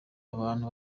abantu